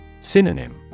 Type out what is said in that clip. Synonym